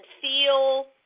feel